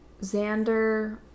Xander